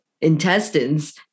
intestines